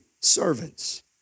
servants